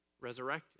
resurrected